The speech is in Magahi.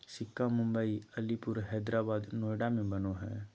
सिक्का मुम्बई, अलीपुर, हैदराबाद, नोएडा में बनो हइ